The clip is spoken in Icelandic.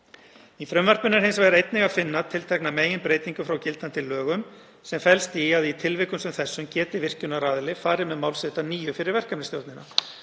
Í frumvarpinu er hins vegar einnig að finna tiltekna meginbreytingu frá gildandi lögum sem felst í að í tilvikum sem þessum geti virkjunaraðili farið með mál sitt að nýju fyrir verkefnisstjórnina.